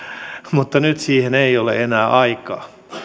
mutta nyt siihen ei ole enää aikaa